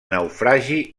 naufragi